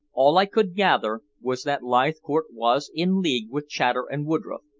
all i could gather was that leithcourt was in league with chater and woodroffe,